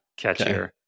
catchier